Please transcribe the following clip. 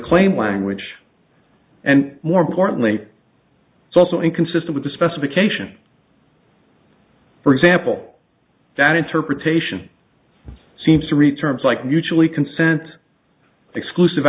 claim language and more importantly it's also inconsistent with the specification for example that interpretation seems to returns like mutually consent exclusive